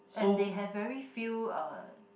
and they have very few uh